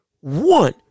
One